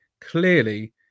clearly